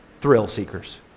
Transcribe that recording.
thrill-seekers